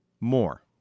more